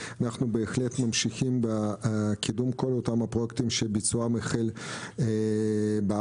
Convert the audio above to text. אנחנו בהחלט ממשיכים בקידום כל אותם הפרויקטים שביצועם החל בעבר,